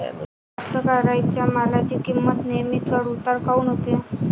कास्तकाराइच्या मालाची किंमत नेहमी चढ उतार काऊन होते?